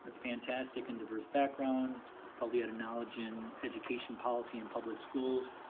fantastic and diverse background. i felt he had a knowledge in education policy in public schools.